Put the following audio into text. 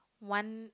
one